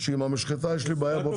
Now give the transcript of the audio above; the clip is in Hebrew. שעם המשחטה יש לנו בעיה באופן כללי.